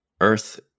earth